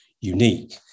unique